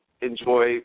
enjoy